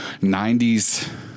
90s